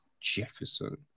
Jefferson